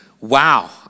wow